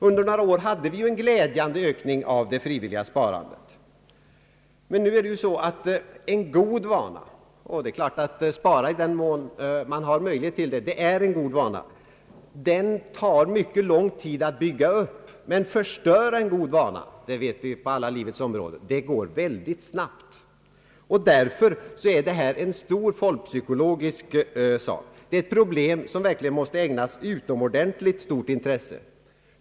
Under några år hade vi en glädjande ökning av det frivilliga sparandet, men en god vana — och sparande i den mån man har möjlighet till det är en god vana — tar mycket lång tid att bygga upp. Att förstöra en god vana — det vet vi på alla livets områden — går däremot väldigt snabbt! Därför är detta ett stort folkpsykologiskt problem, som verkligen måste ägnas ett utomordentligt stort intresse.